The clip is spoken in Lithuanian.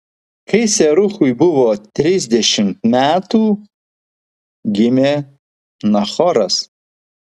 kai seruchui buvo trisdešimt metų gimė nachoras